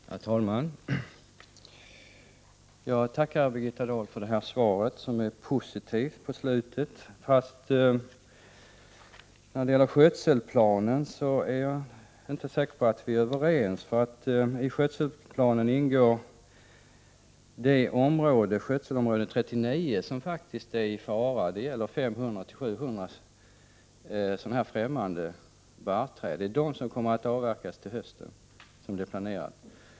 Herr talman! Jag tackar Birgitta Dahl för detta svar, som är positivt på slutet. När det gäller skötselplanen är jag inte säker på att vi är överens. I denna ingår det område, skötselområde 39, som är i fara. Det gäller 500-700 främmande barrträd, som kommer att avverkas till hösten, enligt planerna.